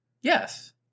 Yes